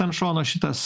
ant šono šitas